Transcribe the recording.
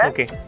Okay